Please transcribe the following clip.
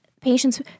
patients—